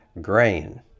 grain